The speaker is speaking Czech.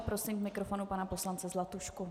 Prosím k mikrofonu pana poslance Zlatušku.